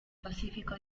pacífico